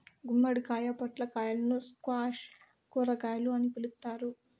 గుమ్మడికాయ, పొట్లకాయలను స్క్వాష్ కూరగాయలు అని పిలుత్తారు